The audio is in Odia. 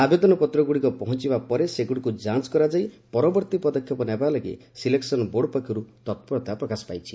ଆବେଦନପତ୍ରଗୁଡ଼ିକ ପହଞ୍ଚବା ପରେ ସେଗୁଡ଼ିକୁ ଯାଞ୍ଚ କରାଯାଇ ପରବର୍ତ୍ତୀ ପଦକ୍ଷେପ ନେବା ଲାଗି ସିଲେକ୍ସନ୍ ବୋର୍ଡ଼ ପକ୍ଷରୁ ତ୍ପୂରତା ପ୍ରକାଶ ପାଇଛି